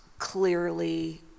clearly